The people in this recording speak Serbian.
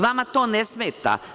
Vama to ne smeta.